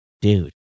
dude